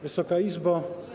Wysoka Izbo!